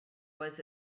was